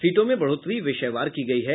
सीटों में बढ़ोत्तरी विषयवार की गयी है